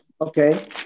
okay